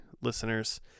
listeners